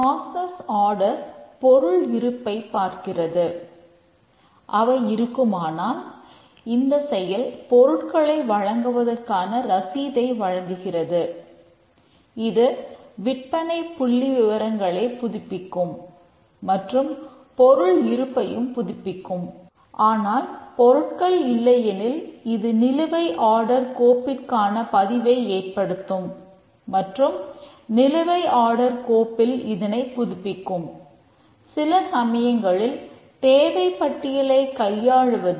process order ஐப் பற்றியது